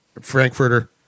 Frankfurter